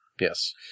Yes